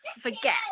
forget